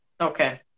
Okay